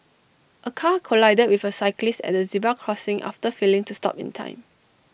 A car collided with A cyclist at A zebra crossing after failing to stop in time